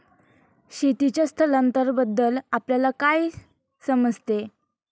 शेतीचे स्थलांतरबद्दल आपल्याला काय समजते?